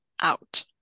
out